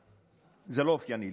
זה לא אופייני לי,